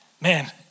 Man